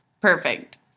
Perfect